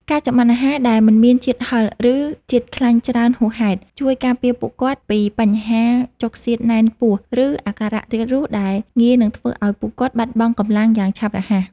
ការចម្អិនអាហារដែលមិនមានជាតិហឹរ ឬជាតិខ្លាញ់ច្រើនហួសហេតុ ជួយការពារពួកគាត់ពីបញ្ហាចុកសៀតណែនពោះ ឬអាការៈរាគរូសដែលងាយនឹងធ្វើឱ្យពួកគាត់បាត់បង់កម្លាំងយ៉ាងឆាប់រហ័ស។